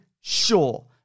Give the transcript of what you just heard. sure